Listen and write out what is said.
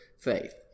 faith